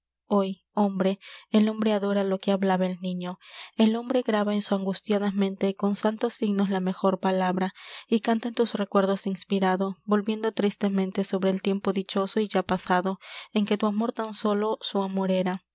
hoy hombre el hombre adora lo que hablaba el niño el hombre graba en su angustiada mente con santos signos la mejor palabra y canta en tus recuerdos inspirado volviendo tristemente sobre el tiempo dichoso y ya pasado en que tu amor tan sólo su amor era